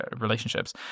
relationships